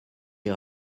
est